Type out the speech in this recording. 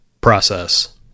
process